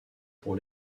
pour